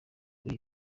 kuri